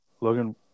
Logan